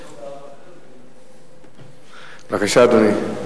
בבקשה, אדוני.